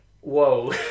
whoa